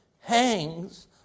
hangs